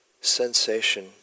sensation